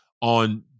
on